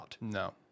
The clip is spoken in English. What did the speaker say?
No